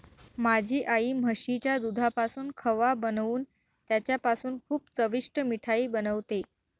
माझी आई म्हशीच्या दुधापासून खवा बनवून त्याच्यापासून खूप चविष्ट मिठाई बनवते